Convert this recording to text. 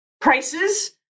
prices